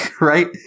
Right